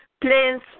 plans